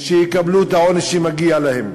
שיקבלו את העונש שמגיע להם?